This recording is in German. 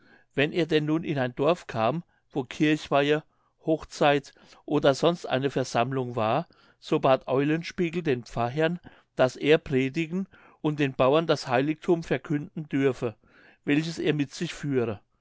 wenn er denn nun in ein dorf kam wo kirchweihe hochzeit oder sonst eine versammlung war so bat eulenspiegel den pfarrherrn daß er predigen und den bauern das heiligthum verkünden dürfe welches er mit sich führe